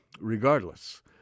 regardless